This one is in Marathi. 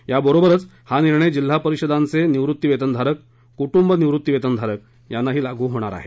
याबरोबरच हा निर्णय जिल्हा परिषदांचे निवृत्तीवेतनधारक कुटुंब निवृत्तीवेतनधारक यांनाही लागू होईल